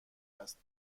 است